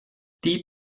die